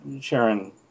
Sharon